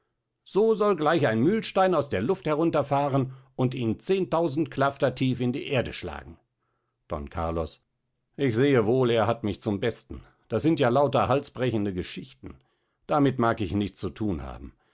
so soll gleich ein mühlstein aus der luft herunterfahren und ihn zehntausend klafter tief in die erde schlagen don carlos ich sehe wohl er hat mich zum besten das sind ja lauter halsbrechende geschichten damit mag ich nichts zu thun haben